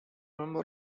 member